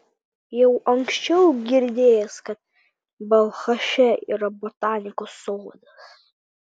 jau anksčiau girdėjęs kad balchaše yra botanikos sodas